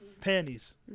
Panties